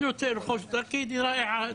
אני רוצה לרכוש דרכי דירה אחת.